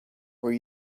were